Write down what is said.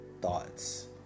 thoughts